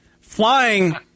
Flying